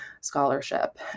scholarship